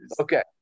Okay